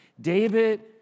David